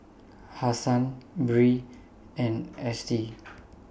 Hassan Bree and Estie